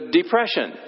depression